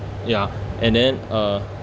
ya and then uh